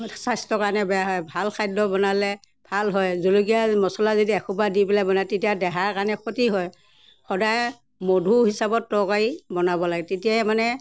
স্বাস্থ্যৰ কাৰণে বেয়া হয় ভাল খাদ্য বনালে ভাল হয় জলকীয়া মছলা যদি এসোপা দি পেলাই বনায় তেতিয়া দেহাৰ কাৰণে ক্ষতি হয় সদায় মধু হিচাপত তৰকাৰী বনাব লাগে তেতিয়া মানে